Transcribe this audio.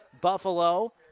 Buffalo